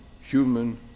human